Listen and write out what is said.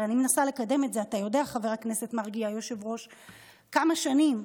הרי אני מנסה לקדם את זה כמה שנים,